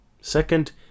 Second